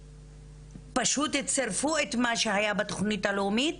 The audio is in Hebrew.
פשוט צירפו את מה שהיה בתוכנית הלאומית